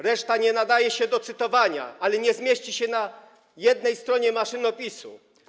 Reszta nie nadaje się do cytowania, ale to nie zmieści się na jednej stronie maszynopisu.